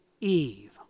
Eve